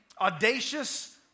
audacious